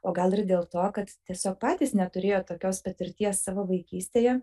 o gal ir dėl to kad tiesiog patys neturėjo tokios patirties savo vaikystėje